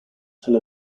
tel